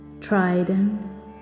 trident